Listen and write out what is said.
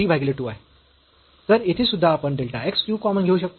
तर येथे सुद्धा आपण डेल्टा x क्यूब कॉमन घेऊ शकतो